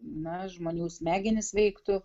na žmonių smegenis veiktų